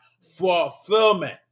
Fulfillment